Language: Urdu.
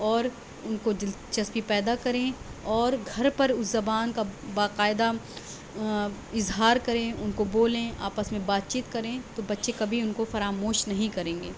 اور ان کو دلچسپی پیدا کریں اور گھر پر زبان کا باقاعدہ اظہار کریں ان کو بولیں آپس میں بات چیت کریں تو بچے کبھی ان کو فراموش نہیں کریں گے